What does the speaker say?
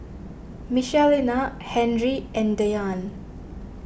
Michelina Henry and Dyan